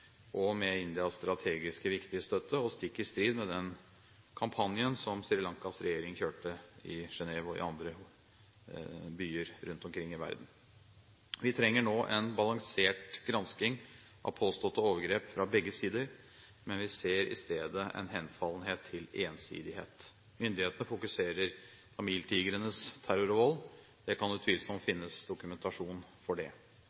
med Indias strategisk viktige støtte, og stikk i strid med den kampanjen som Sri Lankas regjering kjørte i Genève og i andre byer rundt omkring i verden. Vi trenger nå en balansert gransking av påståtte overgrep fra begge sider, men vi ser i stedet en henfallenhet til ensidighet. Myndighetene fokuserer på tamiltigrenes terror og vold, det kan utvilsomt finnes dokumentasjon for det.